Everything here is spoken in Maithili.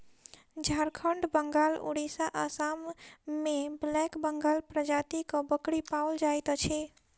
झारखंड, बंगाल, उड़िसा, आसाम मे ब्लैक बंगाल प्रजातिक बकरी पाओल जाइत अछि